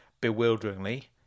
bewilderingly